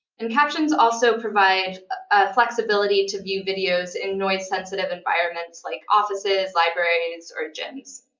and captions also provide flexibility to view videos in noise-sensitive environments like offices, libraries, or gyms.